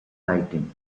writing